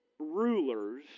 Rulers